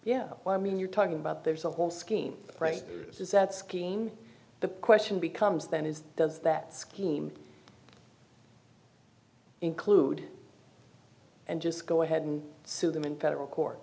yeah well i mean you're talking about there's a whole scheme right this is that scheme the question becomes then is does that scheme include and just go ahead and sue them in federal court